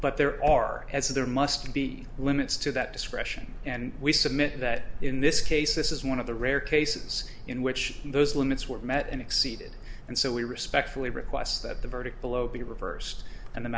but there are as there must be limits to that discretion and we submit that in this case this is one of the rare cases in which those limits were met and exceeded and so we respectfully request that the verdict below be reversed and the